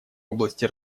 области